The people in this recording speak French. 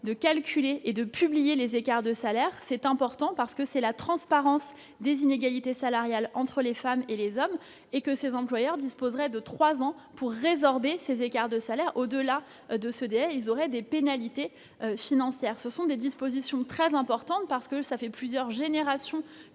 de calculer et de publier les écarts de salaires. C'est un pas important vers la transparence des inégalités salariales entre les femmes et les hommes. Ces employeurs disposeront alors de trois ans pour résorber ces écarts de salaires ; passé ce délai, ils s'exposeront à des pénalités financières. Ce sont des dispositions très importantes. Cela fait plusieurs générations